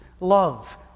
love